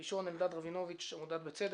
ראשון אלדד רבינוביץ, עמותת בצדק.